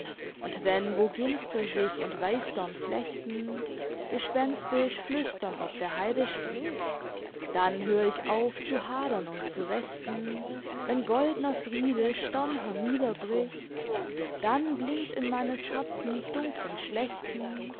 und wenn wo ginster sich und weissdorn flechten gespenstisch flüstern ob der heide spricht dann hör ich auf zu hadern und zu rechten wenn goldner friede sternhernieder bricht dann blinkt in meines herzens dunklen schächten